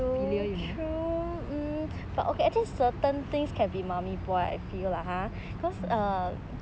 more filial you know